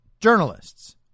journalists